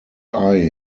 eye